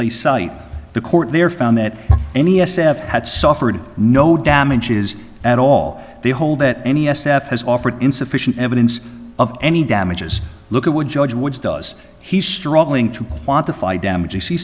they cite the court there found that any s f had suffered no damage is at all the hole that any s f has offered insufficient evidence of any damages look at what judge woods does he's struggling to quantify damages he